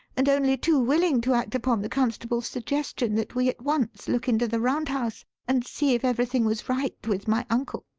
and only too willing to act upon the constable's suggestion that we at once look into the round house and see if everything was right with my uncle.